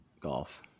golf